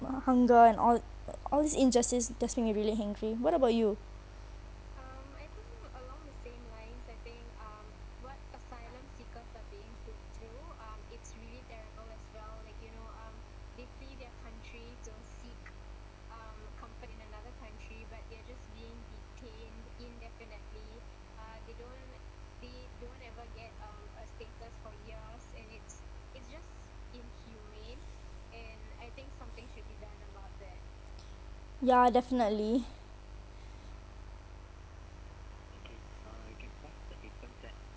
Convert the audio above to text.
world hunger and all all this injustice does make me really angry what about you ya definitely